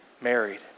married